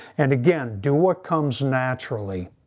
and again, do what comes naturally.